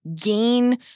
gain